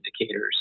indicators